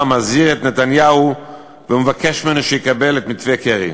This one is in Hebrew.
מזהיר את נתניהו ומבקש ממנו שיקבל את מתווה קרי.